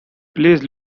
please